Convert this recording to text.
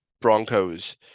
Broncos